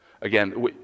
Again